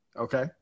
Okay